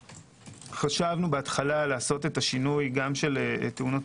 חשבנו בהתחלה לעשות את השינוי גם של תאונות